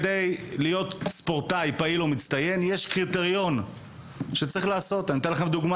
כדי להיות ספורטאי פעיל או מצטיין יש קריטריון שצריך לעבור.